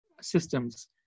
systems